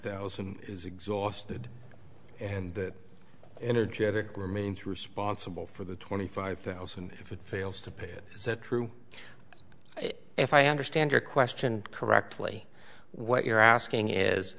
thousand is exhausted and that energetic remains responsible for the twenty five thousand if it fails to pay it is that true if i understand your question correctly what you're asking is